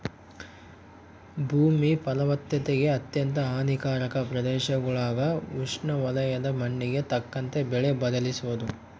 ಭೂಮಿ ಫಲವತ್ತತೆಗೆ ಅತ್ಯಂತ ಹಾನಿಕಾರಕ ಪ್ರದೇಶಗುಳಾಗ ಉಷ್ಣವಲಯದ ಮಣ್ಣಿಗೆ ತಕ್ಕಂತೆ ಬೆಳೆ ಬದಲಿಸೋದು